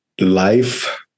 life